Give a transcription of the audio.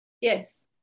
Yes